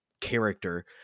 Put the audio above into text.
character